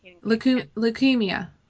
leukemia